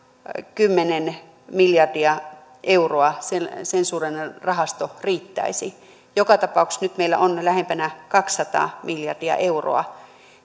kymmenen miljardia euroa sen suuruinen rahasto riittäisi joka tapauksessa nyt meillä on lähempänä kaksisataa miljardia euroa